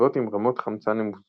לסביבות עם רמות חמצן נמוכות,